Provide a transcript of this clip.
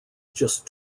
just